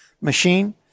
machine